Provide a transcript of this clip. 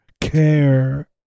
care